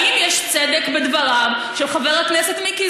האם יש צדק בדבריו של חבר הכנסת מיקי